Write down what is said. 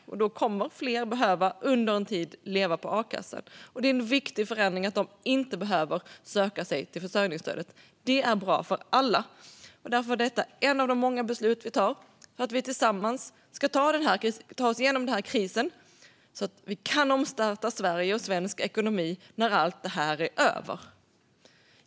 Fler kommer under en tid att behöva leva på a-kassa. Då är det en viktig förändring att de inte behöver söka försörjningsstöd. Det är bra för alla. Därför är detta ett av de många beslut som vi tar för att vi tillsammans ska ta oss igenom denna kris, så att vi kan starta om Sverige och svensk ekonomi när allt detta är över.